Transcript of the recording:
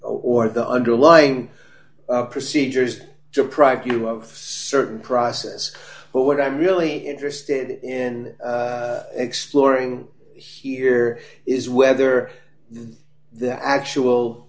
or the underlying procedures deprive you of a certain process but what i'm really interested in exploring here is whether the actual